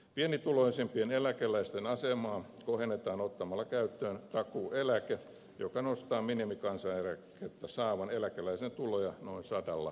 pienituloisimpien eläkeläisten asemaa kohennetaan ottamalla käyttöön takuueläke joka nostaa minimikansaneläkettä saavan eläkeläisen tuloja noin sadalla eurolla kuukaudessa